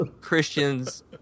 Christian's